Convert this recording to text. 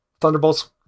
Thunderbolts